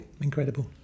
Incredible